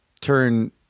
turn